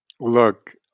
look